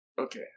Okay